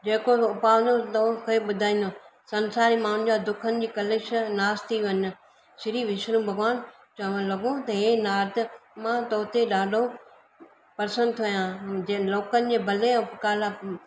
जेको पंहिंजे तव्हांखे ॿुधाईंदो संसारी माण्हुनि जा दुखनि जी कलेश नाश थी वञनि श्री विष्णु भॻवानु चवणु लॻो त हे नाथ मां तव्हां ते ॾाढो प्रसन थोयां जे लोकनि जे भले उपकाल